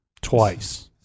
Twice